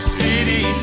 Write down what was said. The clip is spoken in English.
city